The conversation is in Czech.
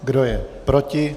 Kdo je proti?